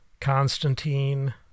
Constantine